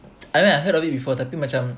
I mean I heard of it before tapi macam